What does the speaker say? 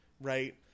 right